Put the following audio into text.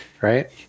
Right